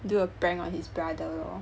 do a prank on his brother lor